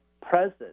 present